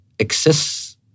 exists